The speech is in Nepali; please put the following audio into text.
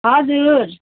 हजुर